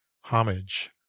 homage